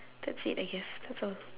that's it I guess that's all